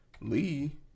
Lee